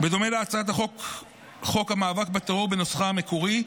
בדומה להצעת חוק המאבק בטרור בנוסחה המקורי,